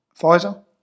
Pfizer